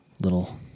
little